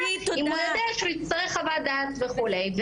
אם הוא יודע שהוא יצטרך חוות דעת וכולי.